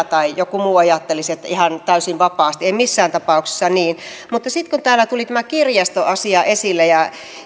tai joku muu ajattelisi että ihan täysin vapaasti ei missään tapauksessa niin mutta sitten kun täällä tuli tämä kirjastoasia esille ja